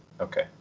Okay